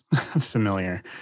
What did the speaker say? familiar